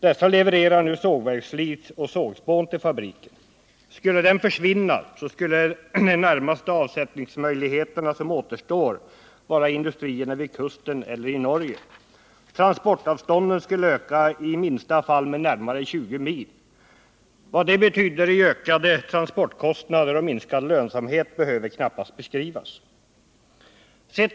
Dessa levererar nu sågverksflis och sågspån till fabriken. Skulle den försvinna, skulle närmaste avsättningsmöjligheter som återstår vara industrierna vid kusten eller i Norge. Transportavstånden skulle öka i bästa fall med närmare 20 mil. Vad det betyder i ökade transportkostnader och minskad lönsamhet behöver knappast beskrivas.